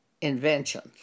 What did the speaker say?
inventions